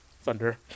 Thunder